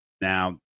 Now